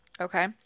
okay